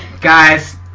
guys